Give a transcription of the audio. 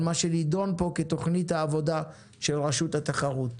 מה שנדון פה כתוכנית העבודה של רשות התחרות,